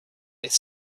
their